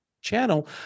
channel